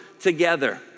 together